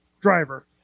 driver